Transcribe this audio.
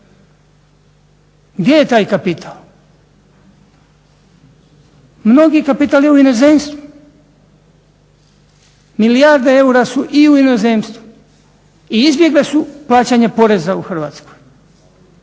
Gdje je taj kapital? Mnogi kapital je u inozemstvu. Milijarde eura su i u inozemstvu i izbjegle su plaćanje poreza u Hrvatskoj.